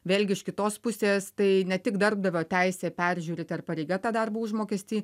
vėlgi iš kitos pusės tai ne tik darbdavio teisė peržiūrėti ar pareiga tą darbo užmokestį